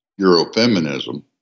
Eurofeminism